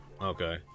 Okay